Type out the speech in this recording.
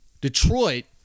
Detroit